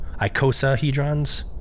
Icosahedrons